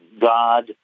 God